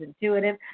intuitive